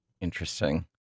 Interesting